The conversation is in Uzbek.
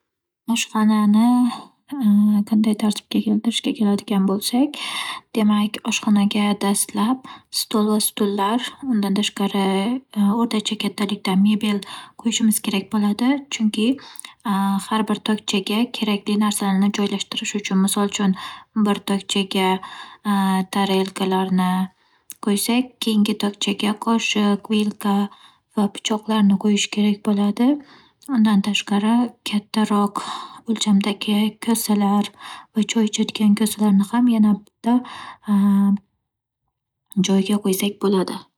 Oshxonani qanday tartibga keltirishga keladigan bo'lsak, demak oshxonaga dastlab stol va stullar, bundan tashqari, o'rtacha kattalikda mebel qo'yishimiz kerak bo'ladi. Chunki har bir tokchaga kerakli narsalarni joylashtirish uchun. Misol uchun, bir tokchaga, tarelkalarni qo'ysak, keyingi tokchaga qoshiq, vilka va pichoqlarni qo'yish kerak bo'ladi. Undan tashqari, kattaroq o'lchamdagi kosalar va choy ichadigan kosalarni ham yana bitta joyga qo'ysak bo'ladi.